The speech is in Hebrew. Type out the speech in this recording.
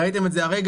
ראיתם את זה הרגע,